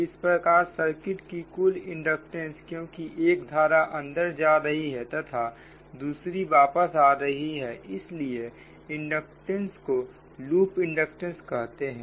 इस प्रकार सर्किट की कुल इंडक्टेंस क्योंकि एक धारा अंदर जा रही है तथा दूसरी वापस आ रही है इसलिए इंडक्टेंस को लूप इंडक्टेंस कहते हैं